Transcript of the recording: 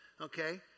okay